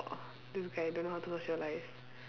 err this guy don't know how to socialise